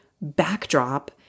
backdrop